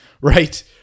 right